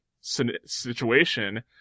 situation